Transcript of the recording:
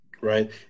Right